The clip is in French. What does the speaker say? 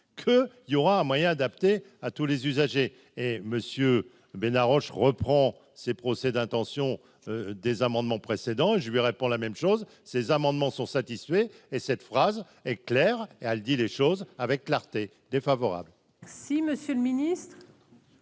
que, il y aura moyen adapté à tous les usagers et Monsieur Bénard je reprend ces procès d'intention des amendements précédents je lui pour la même chose, ces amendements sont satisfaits et cette phrase est claire et elle dit les choses avec clarté défavorable. Si Monsieur le Ministre.